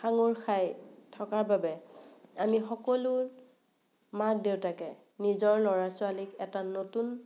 সাঙুৰ খাই থকাৰ বাবে আমি সকলো মাক দেউতাকে নিজৰ ল'ৰা ছোৱালীক এটা নতুন